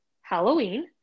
Halloween